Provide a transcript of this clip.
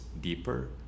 deeper